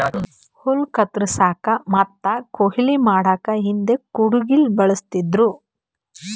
ಹುಲ್ಲ್ ಕತ್ತರಸಕ್ಕ್ ಮತ್ತ್ ಕೊಯ್ಲಿ ಮಾಡಕ್ಕ್ ಹಿಂದ್ ಕುಡ್ಗಿಲ್ ಬಳಸ್ತಿದ್ರು